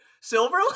Silver